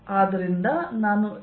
ಆದ್ದರಿಂದ ನಾನು E